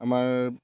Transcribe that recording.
আমাৰ